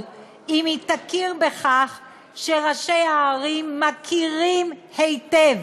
אם יכירו בכך שראשי הערים מכירים היטב